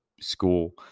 school